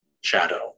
shadow